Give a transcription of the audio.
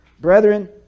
Brethren